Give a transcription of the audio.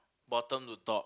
bottom to top